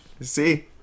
See